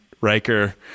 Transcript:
Riker